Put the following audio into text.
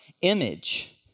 image